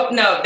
no